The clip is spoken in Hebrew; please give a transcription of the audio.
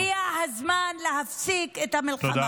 הגיע הזמן להפסיק את המלחמה.